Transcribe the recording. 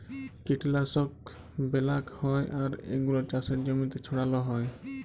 কীটলাশক ব্যলাক হ্যয় আর এগুলা চাসের জমিতে ছড়াল হ্য়য়